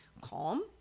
calm